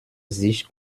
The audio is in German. sich